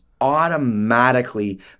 automatically